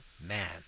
man